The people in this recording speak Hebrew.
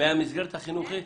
מהמסגרת החינוכית.